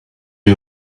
you